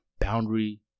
boundary